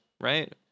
right